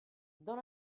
dans